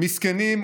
מסכנים,